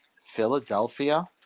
Philadelphia